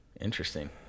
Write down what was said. Interesting